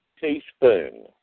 teaspoon